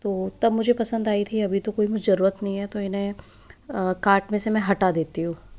तो तब मुझे पसंद आई थी अभी तो कोई ज़रूरत नहीं है तो इन्हें कार्ट में से मैं हटा देती हूँ